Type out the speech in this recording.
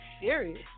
serious